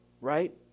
right